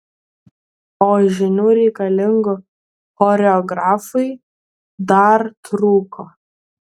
o žinių reikalingų choreografui dar trūko